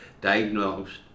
diagnosed